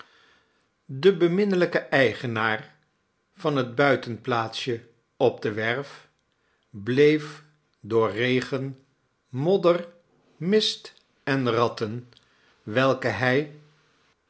de beminnelijke eigenaar van het buitenplaatsje op de werf bleef door regen modder mist en ratten welke hij